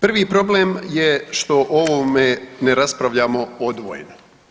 Prvi problem je što o ovome ne raspravljamo odvojeno.